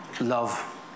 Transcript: Love